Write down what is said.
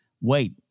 Wait